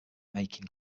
making